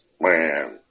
Man